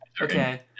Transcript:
Okay